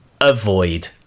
avoid